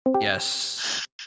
Yes